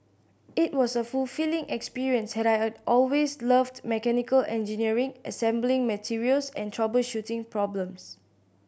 it was a fulfilling experience I had always loved mechanical engineering assembling materials and troubleshooting problems